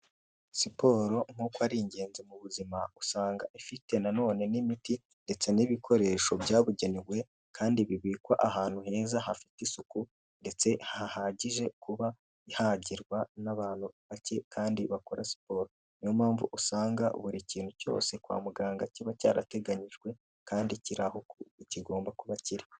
Siporo nkuko ari ingenzi mu buzima, usanga ifite nanone n'imiti ndetse n'ibikoresho byabugenewe kandi bibikwa ahantu heza hafite isuku ndetse hahagije kuba ihagirwa n'abantu bake kandi bakora siporo, niyo mpamvu usanga buri kintu cyose kwa muganga kiba cyarateganyijwe kandi kiri aho kigomba kuba kiri.